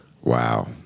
Wow